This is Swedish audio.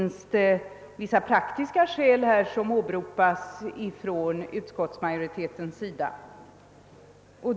Nu åberopar utskottsmajoriteten vissa praktiska skäl.